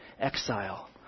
exile